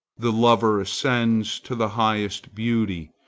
the lover ascends to the highest beauty,